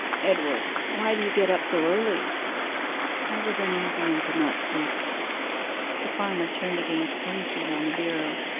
edward, why did you get up so early i was uneasy, and could not sleep the farmer turned again to the leases on the bureau,